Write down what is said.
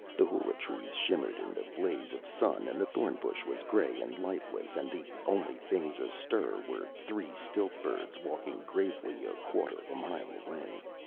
the hula-trees shimmered in the blaze of sun and the thorn-bush was gray and lifeless and the only things astir were three stilt-birds walking gravely a quarter of a mile away.